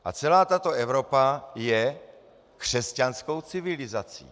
A celá tato Evropa je křesťanskou civilizací.